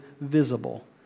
visible